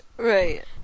right